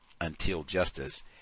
Untiljustice